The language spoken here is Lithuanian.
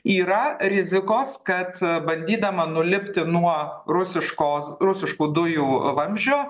yra rizikos kad bandydama nulipti nuo rusiško rusiškų dujų vamzdžio